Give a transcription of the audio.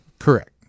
Correct